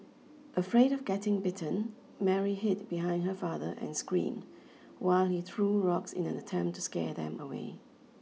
afraid of getting bitten Mary hid behind her father and screamed while he threw rocks in an attempt to scare them away